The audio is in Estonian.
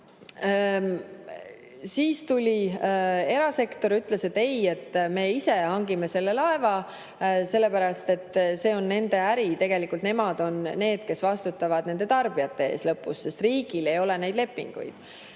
Siis aga tuli erasektor ja ütles, et ei, nad ise hangivad selle laeva, sellepärast et see on nende äri. Tegelikult nemad on need, kes vastutavad lõpuks tarbijate ees, sest riigil ei ole neid lepinguid.